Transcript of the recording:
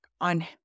on